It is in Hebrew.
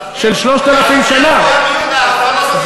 איפה תהיה המדינה הפלסטינית?